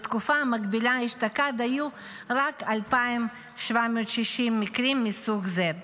בתקופה המקבילה אשתקד היו רק 2,760 מקרים מסוג זה.